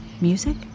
Music